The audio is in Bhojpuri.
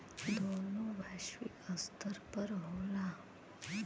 दोनों वैश्विक स्तर पर होला